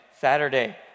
Saturday